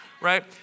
Right